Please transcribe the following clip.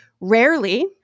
rarely